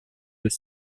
deux